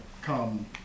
come